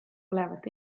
olevat